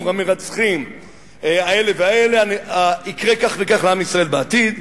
המרצחים האלה והאלה יקרה כך וכך לעם ישראל בעתיד,